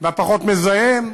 הפחות-מזהם,